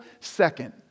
second